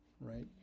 Right